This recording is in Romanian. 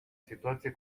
situație